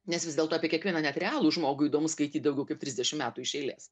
nes vis dėlto apie kiekvieną net realų žmogų įdomu skaityt daugiau kaip trisdešim metų iš eilės